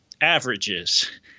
averages